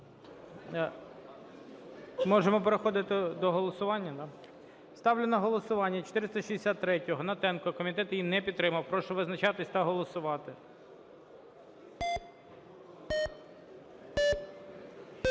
Можемо переходити до голосування, да? Ставлю на голосування 463-ю, Гнатенко. Комітет її не підтримав. Прошу визначатися та голосувати.